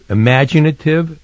imaginative